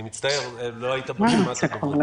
אני מצטער, לא היית ברשימת הדוברים.